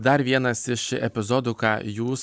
dar vienas iš epizodų ką jūs